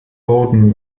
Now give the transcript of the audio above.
boden